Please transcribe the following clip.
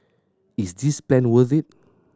is this plan worth it